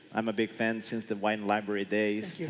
i'm a big fan since the wine library days.